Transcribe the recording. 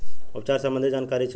उपचार सबंधी जानकारी चाही?